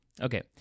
Okay